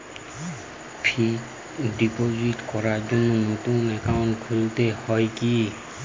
Fix deposit করার জন্য নতুন অ্যাকাউন্ট খুলতে হয় কী?